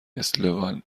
اسلوونیایی